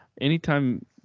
anytime